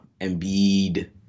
Embiid